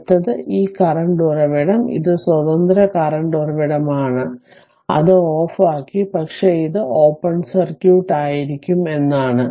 അടുത്തത് ഈ കറന്റ് ഉറവിടം അത് സ്വതന്ത്ര കറന്റ് ഉറവിടമാണ് അതിനാൽ അത് ഓഫാക്കി പക്ഷേ ഇത് ഓപ്പൺ സർക്യൂട്ട് ആയിരിക്കും എന്നാണ്